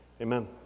Amen